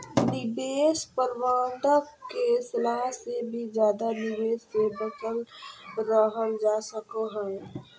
निवेश प्रबंधक के सलाह से भी ज्यादा निवेश से बचल रहल जा सको हय